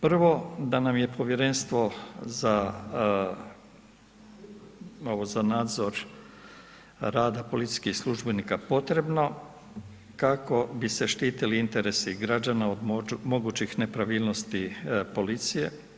Prvo da nam je povjerenstvo za ovo za nadzor rada policijskih službenika potrebno kako bi se štitili interesi građana od mogućih nepravilnosti policije.